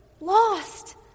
lost